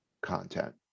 content